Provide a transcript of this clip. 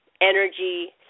energy